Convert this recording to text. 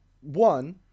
One